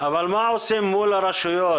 אבל מה עושים מול הרשויות,